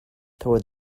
through